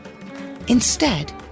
Instead